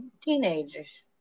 teenagers